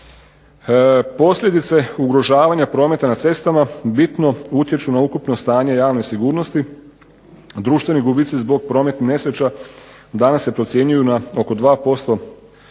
Posljedice ugrožavanja prometa na cestama bitno utječu na ukupno stanje javne sigurnosti. Društveni gubici zbog prometnih nesreća danas se procjenjuju na oko 2%